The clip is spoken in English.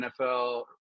NFL